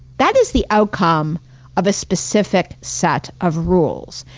that is the outcome of a specific set of rules.